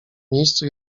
miejscu